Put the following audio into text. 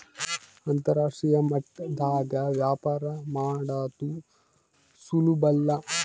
ಅಂತರಾಷ್ಟ್ರೀಯ ಮಟ್ಟದಾಗ ವ್ಯಾಪಾರ ಮಾಡದು ಸುಲುಬಲ್ಲ